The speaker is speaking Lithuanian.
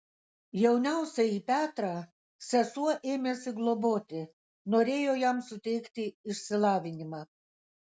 jauniausiąjį petrą sesuo ėmėsi globoti norėjo jam suteikti išsilavinimą